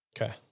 Okay